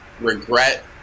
regret